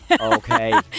Okay